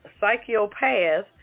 psychopath